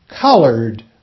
colored